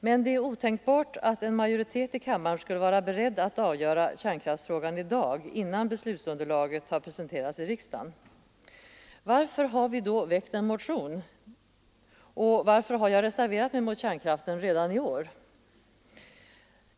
Men det är otänkbart att en majoritet i kammaren skulle vara beredd att avgöra kärnkraftsfrågan i dag, innan beslutsunderlaget har presenterats i riksdagen. Varför har vi då väckt en motion, och varför har jag reserverat mig mot kärnkraften redan i år?